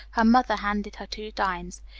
her mother handed her two dimes.